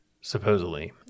supposedly